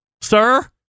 Sir